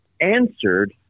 answered